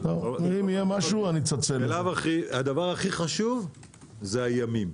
הדבר הכי חשוב זה הימים.